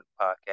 podcast